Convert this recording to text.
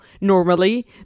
normally